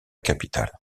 capital